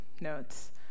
notes